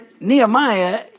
Nehemiah